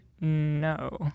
no